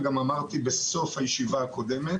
ושאמרתי גם בסוף הישיבה הקודמת: